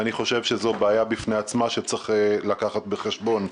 אני חושב שזו בעיה בפני עצמה שצריך לקחת בחשבון.